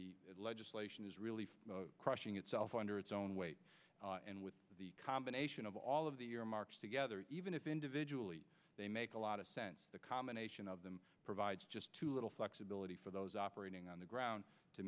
the legislation is really crushing itself under its own weight and with the combination of all of the earmarks together even if individually they make a lot of sense the combination of them provides just too little flexibility for those operating on the ground to